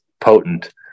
potent